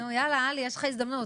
נו יאללה עלי, יש לך הזדמנות.